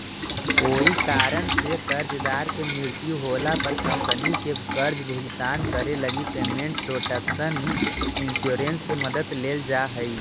कोई कारण से कर्जदार के मृत्यु होला पर कंपनी के कर्ज भुगतान करे लगी पेमेंट प्रोटक्शन इंश्योरेंस के मदद लेल जा हइ